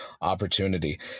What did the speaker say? opportunity